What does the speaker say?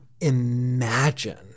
imagine